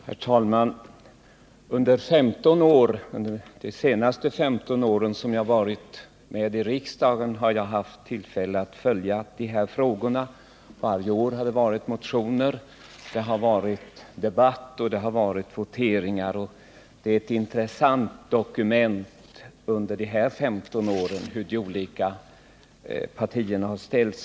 Herr talman! Under de 15 år som jag varit i riksdagen har jag haft tillfälle att följa dessa frågor. Varje år har det väckts motioner, förekommit debatt och voteringar. Hur de olika partierna har ställt sig under dessa 15 år utgör ett intressant dokument.